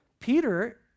Peter